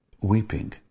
weeping